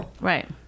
Right